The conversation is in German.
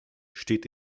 steht